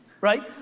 right